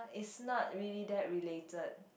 it's not really that related